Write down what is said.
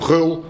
Gul